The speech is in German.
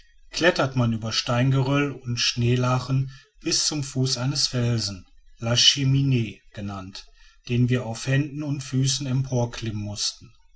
klettert man über steingeröll und schneelachen bis zum fuß eines felsens la chemine genannt den wir auf händen und füßen emporklimmen mußten